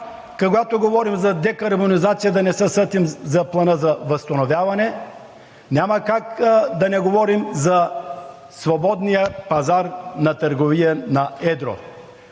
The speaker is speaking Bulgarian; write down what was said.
когато говорим за декарбонизация, да не се сетим за плана за възстановяване. Няма как да не говорим за свободния пазар на търговия на едро.